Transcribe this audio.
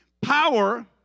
power